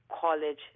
college